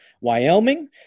Wyoming